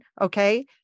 okay